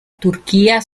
turchia